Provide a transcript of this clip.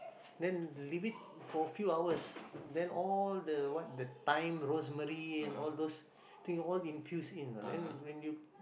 then leave it for a few hours then all the what the thyme rosemary and all those thing all infused in uh then when you